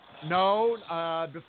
No